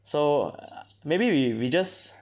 so err maybe we we just